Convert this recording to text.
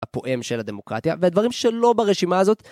הפועם של הדמוקרטיה והדברים שלא ברשימה הזאת.